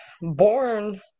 born